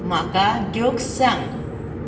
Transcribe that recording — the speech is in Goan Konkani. म्हाका जोक्स सांग